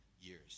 years